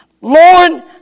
Lord